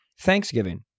thanksgiving